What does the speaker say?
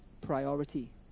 priority